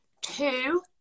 two